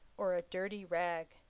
or a dirty rag.